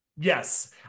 yes